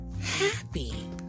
happy